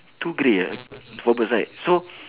two grey ah four birds right so